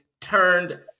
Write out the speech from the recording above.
turned